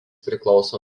priklauso